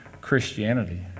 Christianity